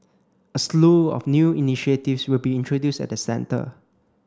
a slew of new initiatives will be introduced at the centre